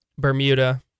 Bermuda